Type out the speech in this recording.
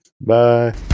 Bye